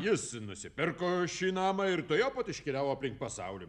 jis nusipirko šį namą ir tuojau pat iškeliavo aplink pasaulį